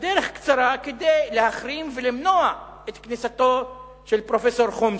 הדרך קצרה כדי להחרים ולמנוע את כניסתו של פרופסור חומסקי.